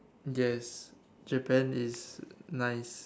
yes Japan is nice